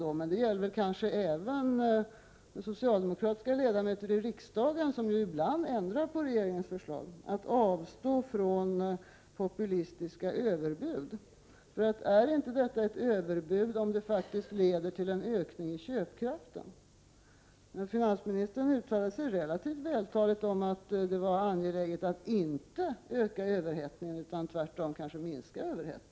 Det kanske gäller även socialdemokratiska ledamöter i riksdagen som ibland ändrar på regeringens förslag när det gäller att avstå från populistiska överbud. Är detta inte ett överbud om det faktiskt leder till en ökning av köpkraften? Finansministern har uttalat sig vältaligt om att det är angeläget att inte öka överhettningen utan tvärtom minska den på olika sätt.